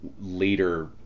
later